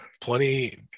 plenty